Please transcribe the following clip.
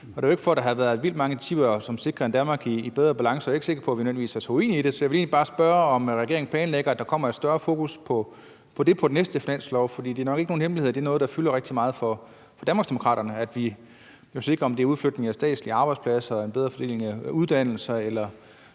Og det er jo ikke, fordi der har været vildt mange initiativer, som sikrer et Danmark i bedre balance, og jeg er ikke sikker på, at vi nødvendigvis er så uenige om det. Så jeg vil egentlig bare spørge, om regeringen planlægger, at der kommer et større fokus på det i den næste finanslov, for det er nok ikke nogen hemmelighed, at det er noget, der fylder rigtig meget for Danmarksdemokraterne, altså at vi sikrer det, uanset om det sker ved udflytning af statslige arbejdspladser, en bedre fordeling af uddannelser eller